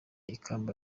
ikamba